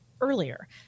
earlier